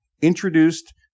introduced